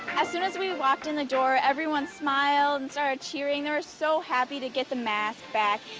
as soon as we walked in the door, everyone smiled cheering, they were so happy to get the mask back,